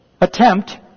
Attempt